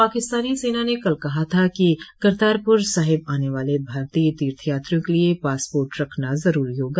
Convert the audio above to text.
पाकिस्तानी सेना ने कल कहा था कि करतारपूर साहिब आने वाले भारतीय तीर्थयात्रियों के लिए पासपोर्ट रखना जरूरी होगा